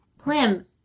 Plym